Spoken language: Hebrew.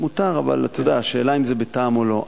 מותר, אבל אתה יודע, השאלה אם זה בטעם או לא.